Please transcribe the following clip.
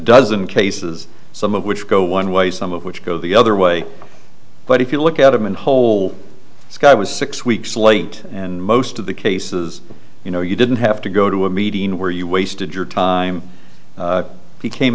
dozen cases some of which go one way some of which go the other way but if you look at them in whole sky was six weeks late and most of the cases you know you didn't have to go to a beat i mean where you wasted your time you came